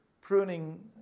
pruning